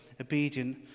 obedient